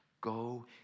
go